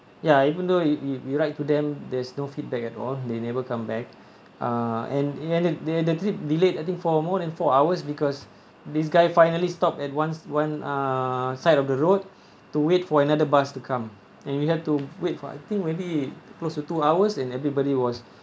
ya even though we we write to them there's no feedback at all they never come back uh and and and the trip delayed I think for more than four hours because this guy finally stopped at once one uh side of the road to wait for another bus to come and we have to wait for I think maybe close to two hours and everybody was